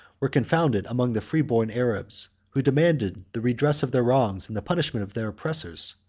were confounded among the free-born arabs, who demanded the redress of their wrongs and the punishment of their oppressors.